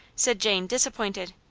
said jane, disappointed.